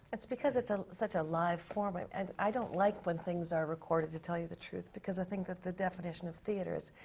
that's because it's a, such a live format. and i don't like when things are recorded to tell you the truth. because i think the definition of theater is,